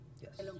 Yes